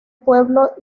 pueblo